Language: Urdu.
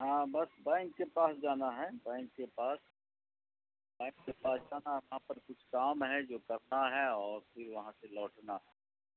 ہاں بس بینک کے پاس جانا ہے بینک کے پاس بینک کے پاس جانا وہاں پر کچھ کام ہے جو کرنا ہے اور پھر وہاں سے لوٹنا